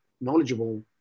knowledgeable